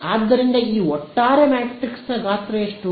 ಆದ್ದರಿಂದ ಈ ಒಟ್ಟಾರೆ ಮ್ಯಾಟ್ರಿಕ್ಸ್ ಗಾತ್ರ ಎಷ್ಟು